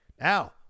Now